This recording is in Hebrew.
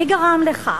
מי גרם לכך,